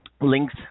links